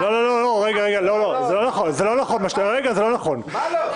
לא נכון מה שאתה אומר